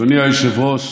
אדוני היושב-ראש,